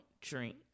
drink